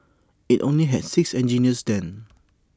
IT only had six engineers then